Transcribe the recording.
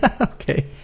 Okay